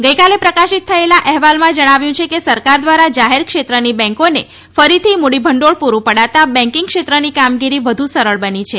ગઇકાલે પ્રકાશિત થયેલા અહેવાલમાં જણાવ્યું છે કે સરકાર દ્વારા જાહેર ક્ષેત્રની બેન્કોને ફરીથી મૂડીભંડોળ પુરૂં પડાતાં બેન્કીંગ ક્ષેત્રની કામગીરી વધુ સરળ બની છે